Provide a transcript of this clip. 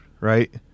right